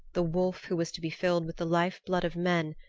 the wolf who was to be filled with the life-blood of men,